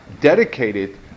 dedicated